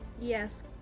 Yes